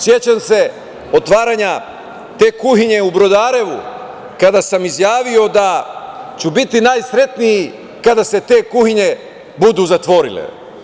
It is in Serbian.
Sećam se otvaranja te kuhinje u Brodarevu, kada sam izjavio da ću biti najsretniji kada se te kuhinje budu zatvorile.